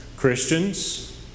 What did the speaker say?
Christians